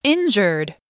Injured